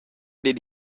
did